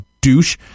douche